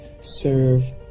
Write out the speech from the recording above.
serve